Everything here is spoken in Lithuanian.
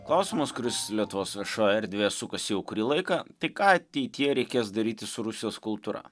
klausimas kuris lietuvos viešojoje erdvėje sukasi jau kurį laiką tai ką ateityje reikės daryti su rusijos kultūra